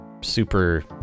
super